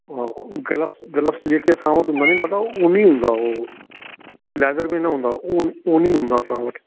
ऐं gloves gloves जेके असां वटि हूंदा आहिनि दादा ऊनी हूंदा उहो लैदर में न हूंदा उ ऊनी हूंदा असां वटि